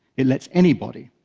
it lets anybody,